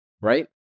right